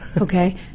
okay